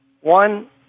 One